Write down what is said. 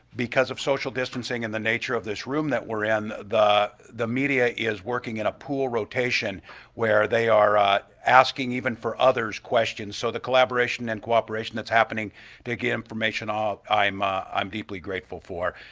because of social distancing and the nature of this room that we're in, the the media is working in a pool rotation where they are ah asking even for others questions so the collaboration and cooperation that's happening to get information out i'm ah i'm deeply grateful for.